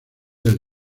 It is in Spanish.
del